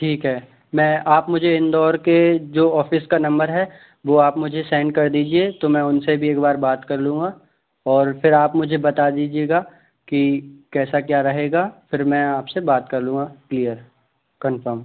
ठीक है मैं आप मुझे इंदौर के जो ऑफिस का नंबर है वो आप मुझे सेंड कर दीजिए तो मैं उनसे भी एक बार बात कर लूँगा और फिर आप मुझे बता दीजिएगा कि कैसा क्या रहेगा फिर मैं आपसे बात कर लूँगा क्लियर कंफर्म